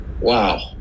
Wow